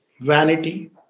vanity